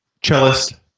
cellist